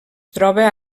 troba